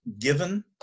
given